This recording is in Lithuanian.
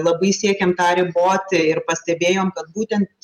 labai siekiam tą riboti ir pastebėjom kad būtent